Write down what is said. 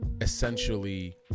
essentially